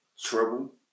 Trouble